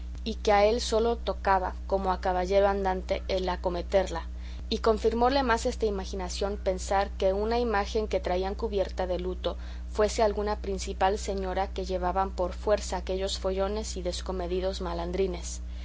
y que a él solo tocaba como a caballero andante el acometerla y confirmóle más esta imaginación pensar que una imagen que traían cubierta de luto fuese alguna principal señora que llevaban por fuerza aquellos follones y descomedidos malandrines